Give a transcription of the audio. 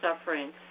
suffering